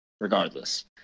regardless